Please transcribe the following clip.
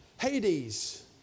Hades